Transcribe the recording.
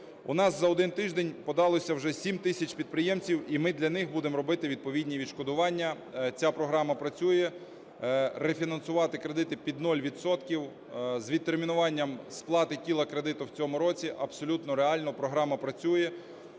У нас за один тиждень подалося вже 7 тисяч підприємців, і ми для них будемо робити відповідні відшкодування, ця програма працює. Рефінансувати кредити під нуль відсотків, з відтермінуванням сплати тіла кредиту в цьому році абсолютно реально, програма працює.